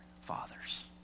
fathers